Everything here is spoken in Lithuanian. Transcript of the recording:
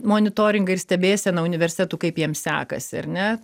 monitoringą ir stebėseną universitetų kaip jiem sekasi ar ne